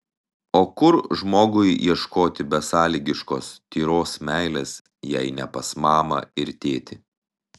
o kur žmogui ieškoti besąlygiškos tyros meilės jei ne pas mamą ir tėtį